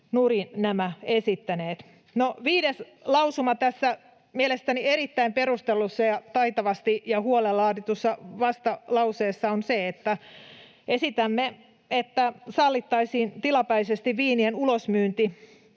nurin nämä äänestäneet. Viides lausuma tässä mielestäni erittäin perustellussa ja taitavasti ja huolella laaditussa vastalauseessa on se, että esitämme, että sallittaisiin tilapäisesti viinien ulosmyynti